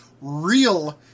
real